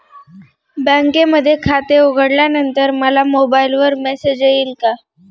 बँकेमध्ये खाते उघडल्यानंतर मला मोबाईलवर मेसेज येईल का?